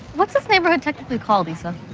what's this neighborhood technically called, issa? oh,